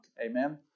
amen